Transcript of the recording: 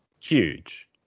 Huge